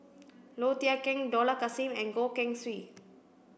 Low Thia Khiang Dollah Kassim and Goh Keng Swee